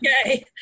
Okay